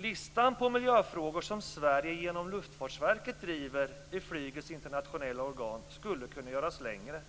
Listan på miljöfrågor som Sverige genom Luftfartsverket driver i flygets internationella organ skulle kunna göras längre.